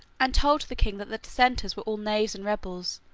and told the king that the dissenters were all knaves and rebels,